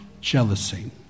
jealousy